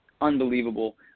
unbelievable